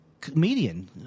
comedian